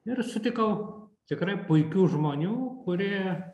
ir sutikau tikrai puikių žmonių kurie